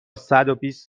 صدوبیست